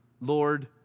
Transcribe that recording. Lord